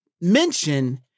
mention